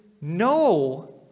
no